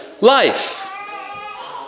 life